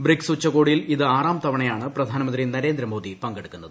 BRICS ഉച്ചകോടിയിൽ ഇത് ആറാം തവണയാണ് പ്രധാനമന്ത്രി നരേന്ദ്രമോദി പങ്കെടുക്കുന്നത്